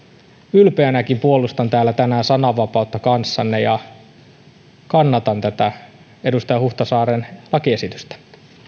ylpeänäkin puolustan täällä tänään sananvapautta kanssanne ja kannatan tätä edustaja huhtasaaren lakiesitystä